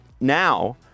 now